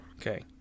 Okay